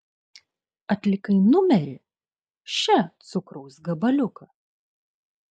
atlikai numerį še cukraus gabaliuką